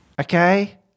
Okay